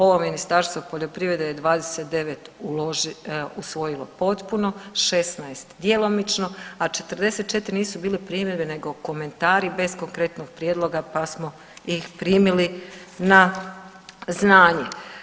Ovo Ministarstvo poljoprivrede je 29 usvojilo potpuno, 16 djelomično, a 44 nisu bile primjedbe nego komentari bez konkretnog prijedloga pa smo ih primili na znanje.